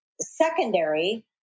secondary